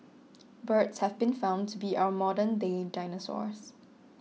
birds have been found to be our modern day dinosaurs